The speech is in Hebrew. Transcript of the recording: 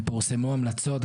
ופורסמו המלצות,